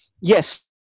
Yes